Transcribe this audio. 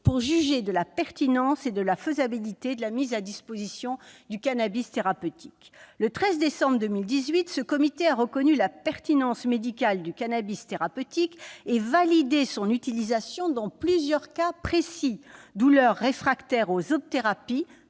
pour juger de la pertinence et de la faisabilité de la mise à disposition du cannabis thérapeutique. Le 13 décembre 2018, ce comité a reconnu la pertinence médicale du cannabis thérapeutique et validé son utilisation dans plusieurs cas précis : douleurs réfractaires aux autres thérapies,